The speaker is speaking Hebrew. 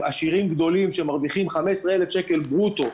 עשירים גדולים שמרוויחים 15,000 שקלים ברוטו,